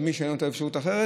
למי שאין לו אפשרות אחרת.